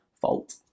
fault